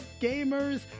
gamers